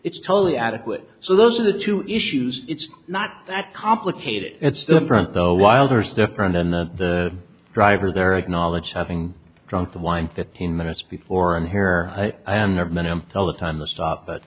it's totally adequate so those are the two issues it's not that complicated it's different though wilder's different in that the drivers there acknowledge having drunk the wine fifteen minutes before and here i have never met him till the time the stop